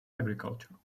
agriculture